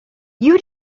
you